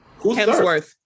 Hemsworth